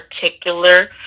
particular